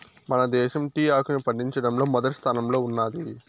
మన దేశం టీ ఆకును పండించడంలో మొదటి స్థానంలో ఉన్నాది